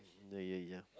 ya ya ya